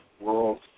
World